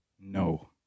No